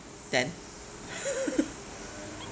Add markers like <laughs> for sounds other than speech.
then <laughs>